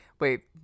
wait